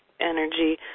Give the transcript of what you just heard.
energy